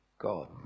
God